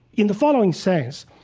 in the following sense,